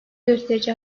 gösterici